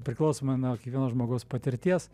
priklausomai nuo kiekvieno žmogaus patirties